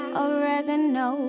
oregano